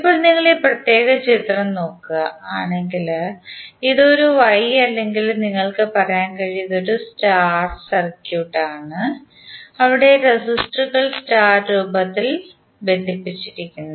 ഇപ്പോൾ നിങ്ങൾ ഈ പ്രത്യേക ചിത്രം നോക്കുക ആണെങ്കിൽ ഇത് ഒരു Y അല്ലെങ്കിൽ നിങ്ങൾക്ക് പറയാൻ കഴിയും ഇത് ഒരു സ്റ്റാർ സർക്യൂട്ടാണ് അവിടെ റെസിസ്റ്ററുകൾ സ്റ്റാർ രൂപത്തിൽ ബന്ധിപ്പിച്ചിരിക്കുന്നു